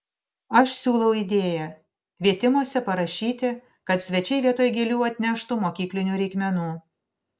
aš siūlau idėją kvietimuose parašyti kad svečiai vietoj gėlių atneštų mokyklinių reikmenų